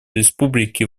республики